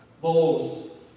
Bowls